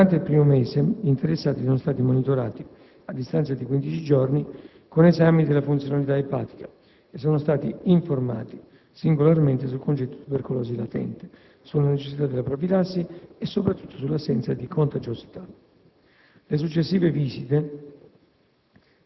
durante il primo mese gli interessati sono stati monitorati, a distanza di quindici giorni, con esami della funzionalità epatica e sono stati informati singolarmente sul concetto di tubercolosi latente, sulla necessità della profilassi e soprattutto sull'assenza di contagiosità. Le successive visite